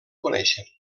coneixen